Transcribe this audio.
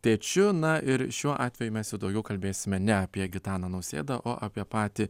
tėčiu na ir šiuo atveju mes jau daugiau kalbėsime ne apie gitaną nausėdą o apie patį